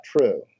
true